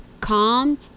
Calm